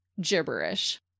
gibberish